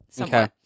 Okay